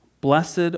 blessed